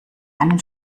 einen